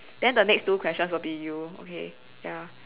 then the next two questions would be you okay ya